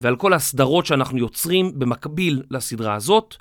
ועל כל הסדרות שאנחנו יוצרים במקביל לסדרה הזאת.